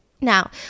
Now